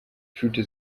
fühlte